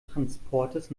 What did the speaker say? transportes